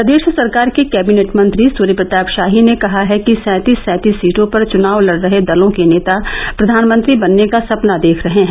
प्रदेश सरकार के कैबिनेट मंत्री सूर्य प्रताप शाही ने कहा है कि सैंतीस सैंतीस सीटों पर चुनाव लड़ रहे दलों के नेता प्रधानमंत्री बनने का सपना देख रहे है